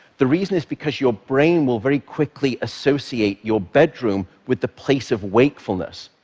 the reason is because your brain will very quickly associate your bedroom with the place of wakefulness,